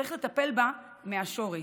שצריך לטפל בה מהשורש.